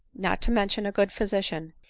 not to mention a good physician,